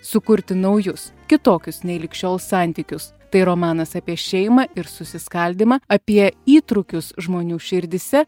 sukurti naujus kitokius nei lig šiol santykius tai romanas apie šeimą ir susiskaldymą apie įtrūkius žmonių širdyse